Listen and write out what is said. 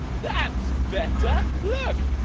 that's better, look!